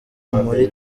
muri